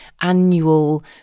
annual